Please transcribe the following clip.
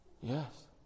Yes